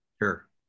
Sure